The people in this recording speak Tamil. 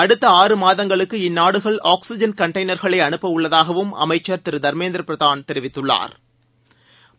அடுத்த ஆறு மாதங்களுக்கு இந்நாடுகள் ஆக்லிஜன் கன்டெய்னா்களை அனுப்பவுள்ளதாகவும் அமைச்சா் திரு தா்மேந்திர பிரதான் தெரிவித்துள்ளாா்